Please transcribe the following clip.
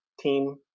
team